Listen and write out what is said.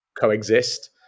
coexist